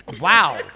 Wow